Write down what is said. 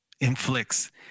inflicts